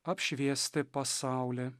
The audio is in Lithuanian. apšviesti pasaulį